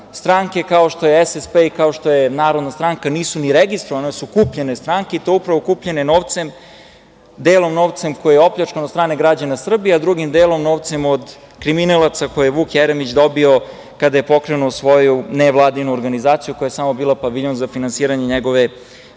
stranke kao što je SSP i kao što je Narodna stranka nisu ni registrovane, one su kupljene stranke i to upravo kupljene delom novca koji je opljačkan od strane građana Srbije, a drugim delom novcem od kriminalaca koje je Vuk Jeremić dobio kada je pokrenuo svoju nevladinu organizaciju, koja je samo bila paviljon za finansiranje njegove